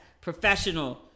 professional